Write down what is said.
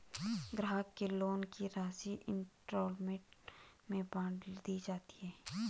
ग्राहक के लोन की राशि इंस्टॉल्मेंट में बाँट दी जाती है